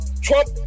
Trump